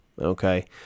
okay